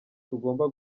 tugomba